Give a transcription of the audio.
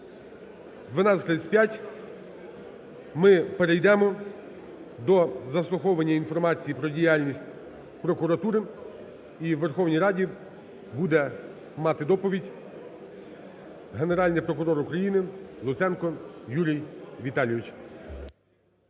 12:35 ми перейдемо до заслуховування інформації про діяльність прокуратури, і у Верховній Раді буде мати доповідь Генеральний прокурор У країни Луценко Юрій Віталійович.